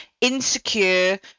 insecure